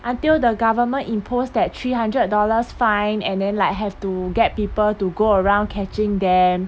until the government imposed that three hundred dollars fine and then like have to get people to go around catching them